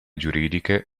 giuridiche